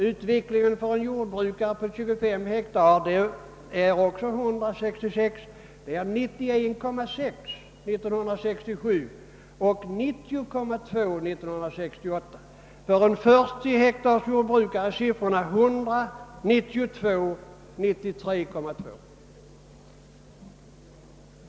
Utvecklingen för en jordbrukare med 25 hektar är 100 år 1966 men 91,6 1967 och 90,2 1968. För en jordbrukare med 40 hektar är siffrorna 100, 92 och 93,2.